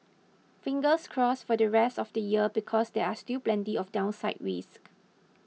fingers crossed for the rest of the year because there are still plenty of downside risks